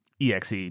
exe